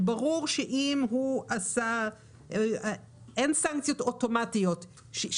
אין סנקציות אוטומטיות,